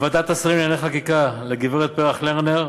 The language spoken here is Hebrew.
לוועדת השרים לענייני חקיקה, לגברת פרח לרנר,